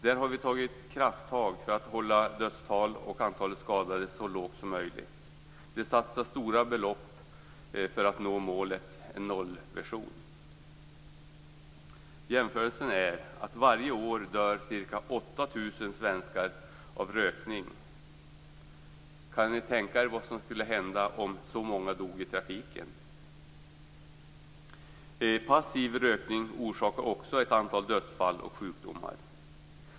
Där har vi tagit krafttag för att hålla dödstalet och antalet skadade så lågt som möjligt. Det satsas stora belopp för att förverkliga en nollvision. Som jämförelse kan nämnas att varje år dör ca 8 000 svenskar av rökning. Kan ni tänka er vad som skulle hända om så många dog i trafiken? Passiv rökning orsakar också ett antal dödsfall och sjukdomar.